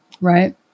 Right